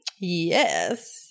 Yes